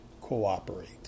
cooperate